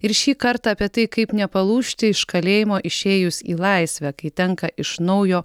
ir šį kartą apie tai kaip nepalūžti iš kalėjimo išėjus į laisvę kai tenka iš naujo